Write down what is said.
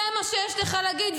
זה מה שיש לך להגיד?